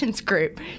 group